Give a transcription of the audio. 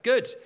Good